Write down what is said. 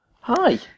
Hi